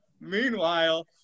Meanwhile